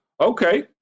Okay